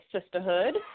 Sisterhood